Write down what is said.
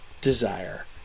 desire